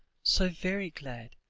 so very glad,